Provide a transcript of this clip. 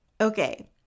Okay